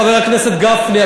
חבר הכנסת גפני,